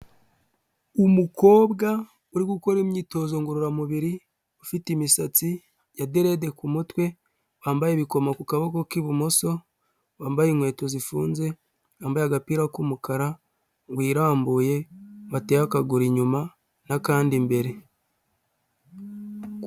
Umukobwa uri gukora imyitozo ngororamubiri, ufite imisatsi ya derede ku mutwe, wambaye ibikoma ku kaboko k'ibumoso, wambaye inkweto zifunze, yambaye agapira k'umukara, wirambuye wateye akaguru inyuma n'akandi mbere.